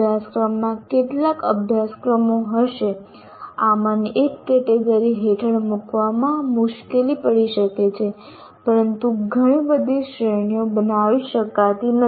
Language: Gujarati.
અભ્યાસક્રમમાં કેટલાક અભ્યાસક્રમો હશે આમાંની એક કેટેગરી હેઠળ મૂકવામાં મુશ્કેલી પડી શકે છે પરંતુ ઘણી બધી શ્રેણીઓ બનાવી શકાતી નથી